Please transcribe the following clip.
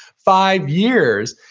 five years.